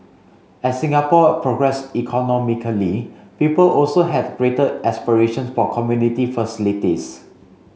as Singapore progress economically people also had greater aspirations for community facilities